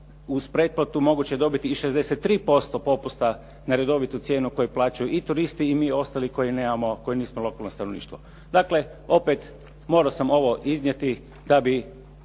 uz pretplatu moguće je dobiti i 63% popusta na redovitu cijenu koju plaćaju i turisti i mi ostali koji nismo lokalno stanovništvo. Dakle, opet morao sam ovo iznijeti da bi